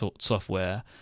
software